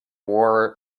wore